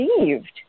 received